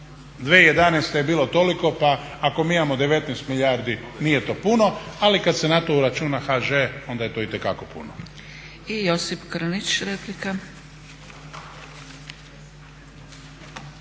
2011. je bilo toliko, pa ako mi imamo 19 milijardi nije to puno. Ali kad se na to uračuna HŽ ona je to itekako puno.